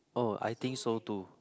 oh I think so too